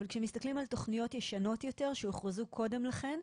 כשמסתכלים על תכניות ישנות יותר שהוכרזו קודם לכן,